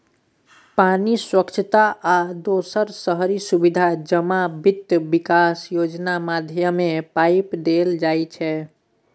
पानि, स्वच्छता आ दोसर शहरी सुबिधा जमा बित्त बिकास योजना माध्यमे पाइ देल जाइ छै